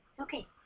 Okay